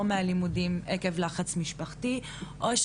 מה שקורה גם בהרבה מהמקרים,